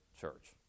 church